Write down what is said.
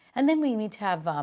and then we need to have